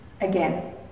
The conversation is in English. again